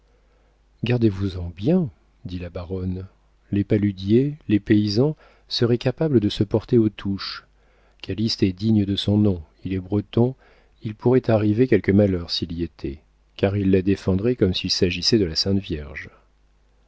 gardez-vous-en bien dit la baronne les paludiers les paysans seraient capables de se porter aux touches calyste est digne de son nom il est breton il pourrait arriver quelque malheur s'il y était car il la défendrait comme s'il s'agissait de la sainte vierge